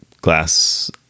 glass